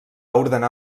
ordenar